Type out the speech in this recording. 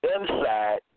inside